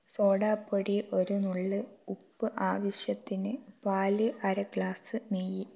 soda പൊടി ഒരു നുള്ള് ഉപ്പ് ആവശ്യത്തിന് പാൽ അര ഗ്ലാസ് നെയ്യ്